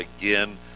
again